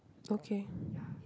okay